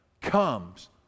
comes